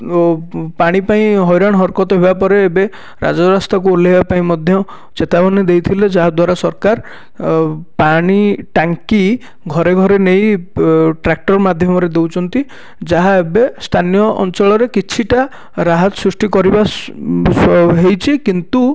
ପାଣି ପାଇଁ ହଇରାଣ ହରକତ ହେବାପରେ ଏବେ ରାଜ ରାସ୍ତାକୁ ଓହ୍ଲାଇବା ପାଇଁ ମଧ୍ୟ ଚେତାବନୀ ଦେଇଥିଲେ ଯାହାଦ୍ଵାରା ସରକାର ପାଣି ଟାଙ୍କି ଘରେ ଘରେ ନେଇ ଟ୍ରାକ୍ଟର ମାଧ୍ୟମରେ ଦେଉଛନ୍ତି ଯାହା ଏବେ ସ୍ଥାନୀୟ ଅଞ୍ଚଳରେ କିଛିଟା ରାହା ସୃଷ୍ଟି କରିବା ହେଇଛି କିନ୍ତୁ